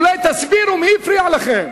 אולי תסבירו מי הפריע לכם.